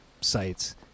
sites